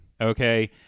Okay